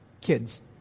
Kids